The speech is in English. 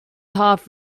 half